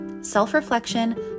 Self-reflection